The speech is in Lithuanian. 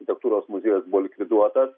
architektūros muziejus buvo likviduotas